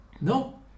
No